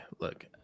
Look